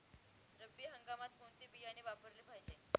रब्बी हंगामात कोणते बियाणे वापरले पाहिजे?